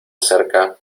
acerca